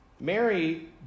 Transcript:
Mary